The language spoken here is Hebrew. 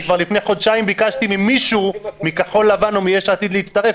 כבר לפני חודשיים ביקשתי ממישהו מכחול לבן או מיש עתיד להצטרף,